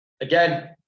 again